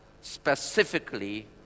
specifically